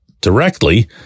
directly